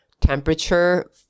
temperature